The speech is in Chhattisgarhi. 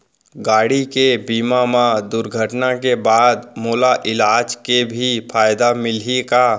गाड़ी के बीमा मा दुर्घटना के बाद मोला इलाज के भी फायदा मिलही का?